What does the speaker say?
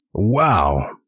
Wow